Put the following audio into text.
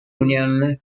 union